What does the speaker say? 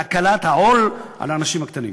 להקלת העול שעל האנשים הקטנים.